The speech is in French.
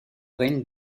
règne